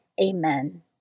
Amen